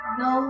no